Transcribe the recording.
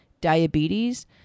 diabetes